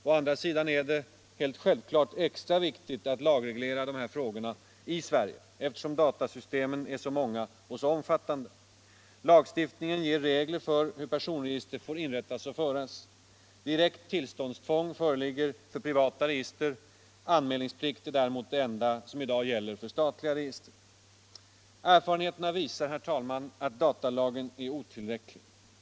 Å andra sidan är det naturligtvis extra viktigt att lagreglera dessa frågor i Sverige, eftersom datasystemen är så många och så omfattande. Lagstiftningen ger regler för hur personregister får inrättas och föras. Direkt tillståndstvång föreligger för privata register. Anmälningsplikt är däremot det enda som i dag gäller för statliga register. Erfarenheterna visar att datalagen är otillräcklig.